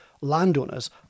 landowners